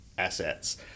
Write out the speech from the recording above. Assets